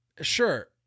Sure